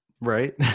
Right